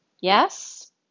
Yes